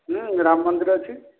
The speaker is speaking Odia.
ହଁ ରାମ ମନ୍ଦିର ଅଛି